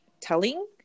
telling